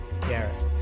Garrett